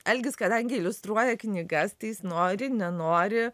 algis kadangi iliustruoja knygas tai jis nori nenori